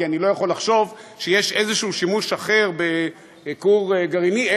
כי אני לא יכול לחשוב שיש איזה שימוש אחר בכור גרעיני,